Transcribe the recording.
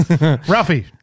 Ralphie